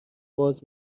باز